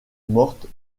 mortes